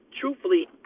truthfully